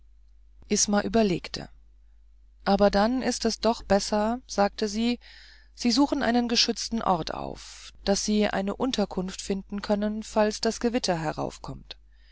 isma überlegte aber dann ist es doch besser sagte sie sie suchen einen geschützteren ort auf daß sie eine unterkunft finden können falls das gewitter heraufkommt